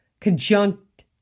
conjunct